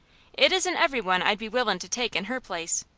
it isn't every one i'd be willin' to take in her place,